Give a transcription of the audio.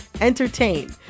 entertain